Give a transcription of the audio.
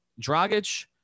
Dragic